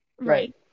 Right